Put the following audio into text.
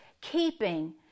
keeping